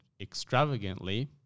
extravagantly